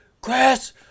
Chris